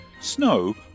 snow